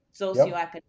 socioeconomic